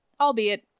albeit